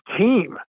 team